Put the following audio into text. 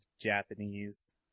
japanese